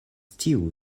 tiu